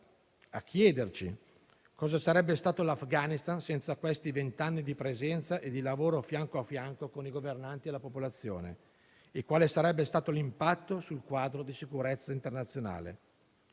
a chiederci cosa sarebbe stato l'Afghanistan senza questi venti anni di presenza e di lavoro fianco a fianco con i governanti e la popolazione e quale sarebbe stato l'impatto sul quadro di sicurezza internazionale.